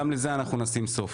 גם לזה נשים סוף.